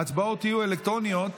ההצבעות יהיו אלקטרוניות